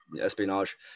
espionage